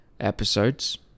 episodes